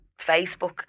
Facebook